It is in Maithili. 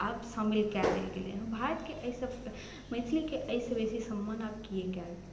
आब शामिल कऽ देल गेलै हँ भारतके एहिसँ मैथिलीके एहिसँ बेसी सम्मान आब की कएल